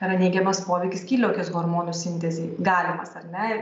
yra neigiamas poveikis skydliaukės hormonų sintezei galimas ar ne